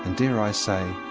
dare i say,